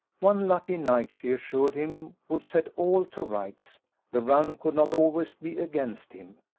one lucky night, she assured him, would set all to rights the run could not always be against him,